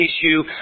issue